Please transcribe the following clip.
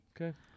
Okay